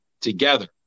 together